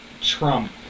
Trump